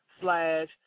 slash